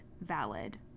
valid